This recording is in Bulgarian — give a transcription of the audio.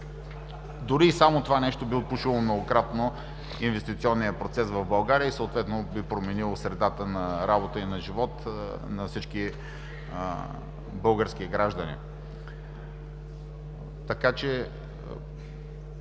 Дори само това нещо би отпушило многократно инвестиционния процес в България и съответно би променило средата на работа и на живот на всички български граждани. Тук имате